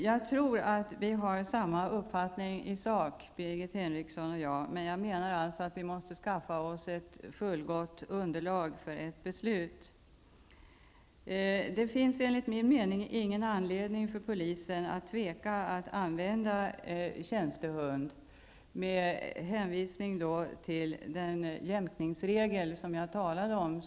Jag tror att vi har samma uppfattning i sak, Birgit Henriksson och jag, men jag menar alltså att vi måste skaffa oss ett fullgott underlag för ett beslut. Det finns enligt min mening ingen anledning för polisen att tveka att använda tjänstehund, med hänvisning till den jämkningsregel som jag talade om.